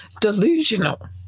delusional